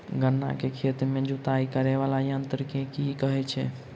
गन्ना केँ खेत केँ जुताई करै वला यंत्र केँ की कहय छै?